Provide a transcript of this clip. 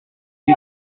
die